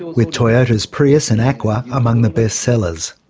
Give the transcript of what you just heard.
with toyota's prius and aqua among the best sellers.